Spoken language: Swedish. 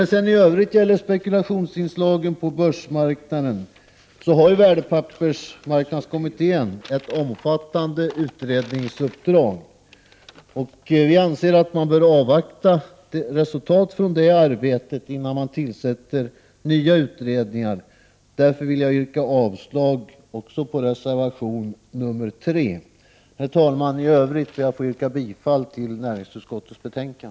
Vad sedan i övrigt gäller spekulationsinslagen på börsmarknaden har värdepappersmarknadskommittén ett omfattande utredningsuppdrag, och vi anser att man bör avvakta resultatet av det arbetet innan man tillsätter nya utredningar. Därför vill jag yrka avslag också på reservation nr 3. Herr talman! I övrigt ber jag att få yrka bifall till näringsutskottets hemställan.